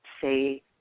say